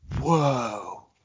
Whoa